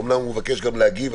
אומנם הוא מבקש גם להגיב.